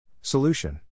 Solution